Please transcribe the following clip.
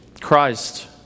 Christ